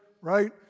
right